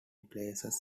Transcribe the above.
places